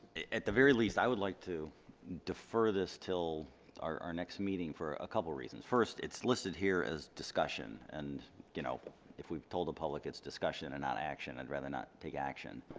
at the very least i would like to defer this til our next meeting for a couple reasons first it's listed here as discussion and you know if we've told the public it's discussion and not action i'd rather not take action